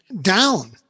down